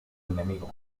enemigo